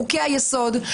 חוקי היסוד,